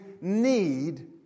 need